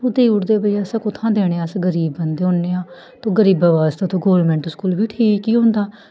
ओह् देई ओड़दे भाई असें कु'त्थुआं देने अस गरीब बंदे होन्ने आं ते गरीबें बास्तै ते गौरमैंट स्कूल बी ठीक ई होंदा